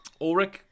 ulrich